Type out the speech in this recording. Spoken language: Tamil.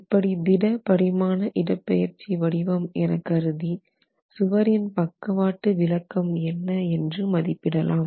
இப்படி திட படிமான இடப்பெயர்ச்சி வடிவம் எனக் கருதி சுவரின் பக்கவாட்டு விலக்கம் என்ன என்று மதிப்பிடலாம்